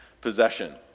possession